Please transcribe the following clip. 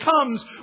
comes